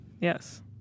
Yes